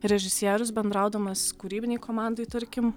režisierius bendraudamas kūrybinėj komandoj tarkim